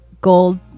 gold